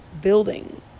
building